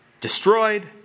destroyed